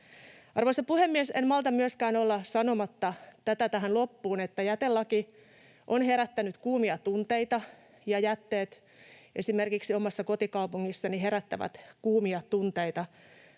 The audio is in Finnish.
Arvoisa puhemies! En malta myöskään olla sanomatta tähän loppuun tätä, että jätelaki on herättänyt kuumia tunteita ja jätteet esimerkiksi omassa kotikaupungissani herättävät kuumia tunteita,